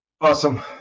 Awesome